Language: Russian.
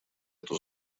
эту